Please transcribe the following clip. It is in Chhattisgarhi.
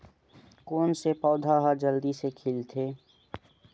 कोन से पौधा ह जल्दी से खिलथे?